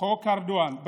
חוק ארדואן"